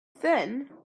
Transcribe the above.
thin